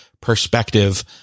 perspective